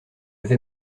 vais